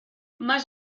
más